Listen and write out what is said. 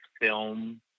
film